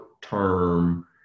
term